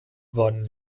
worden